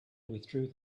withdrew